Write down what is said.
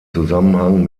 zusammenhang